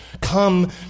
come